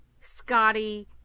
Scotty